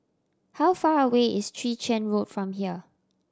how far away is Chwee Chian Road from here